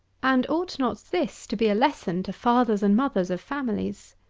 and ought not this to be a lesson to fathers and mothers of families?